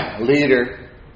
leader